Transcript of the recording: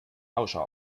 lauscher